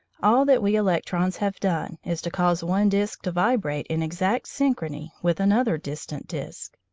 all that we electrons have done is to cause one disc to vibrate in exact synchrony with another distant disc.